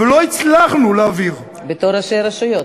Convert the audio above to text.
ולא הצלחנו להעביר, בתור ראשי רשויות.